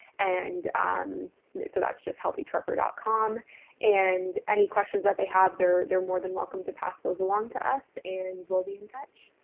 and um so that's just healthy trevor dot com and any questions that they have. they're, they're more than welcome to pass those along to us and we'll be in touch.